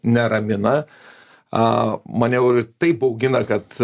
neramina a maniau ir taip baugina kad